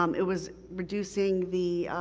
um it was reducing the,